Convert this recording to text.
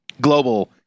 global